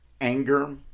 anger